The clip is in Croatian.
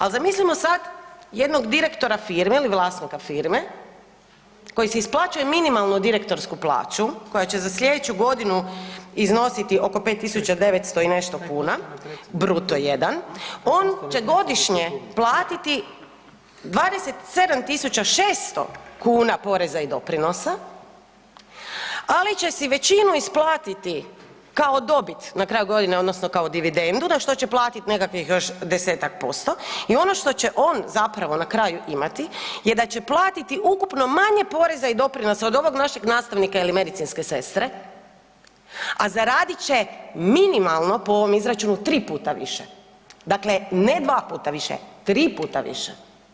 Ali zamislimo sad jednog direktora firme ili vlasnika firme koji si isplaćuje minimalno direktorsku plaću koja će za sljedeću godinu iznositi oko 5.900 i nešto kuna bruto jedan, on će godišnje platiti 27.600 poreza i doprinosa, ali će si većinu isplatiti kao dobit na kraju godine odnosno kao dividendu da što će platiti još nekakvih 10% i ono što će on na kraju imati je da će plati ukupno manje poreza i doprinosa od ovog našeg nastavnika ili medicinske sestre, a zaradit će minimalno po ovom izračunu tri puta više dakle ne dva puta više, tri puta više.